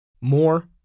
More